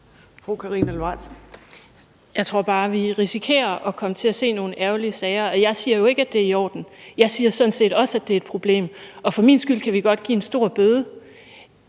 Jeg tror bare, vi risikerer at komme til at se nogle ærgerlige sager. Og jeg siger jo ikke, at det er i orden. Jeg siger sådan set også, at det er et problem, og for min skyld kan vi godt give en stor bøde,